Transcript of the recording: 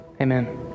Amen